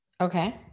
Okay